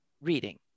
reading